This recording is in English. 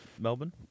melbourne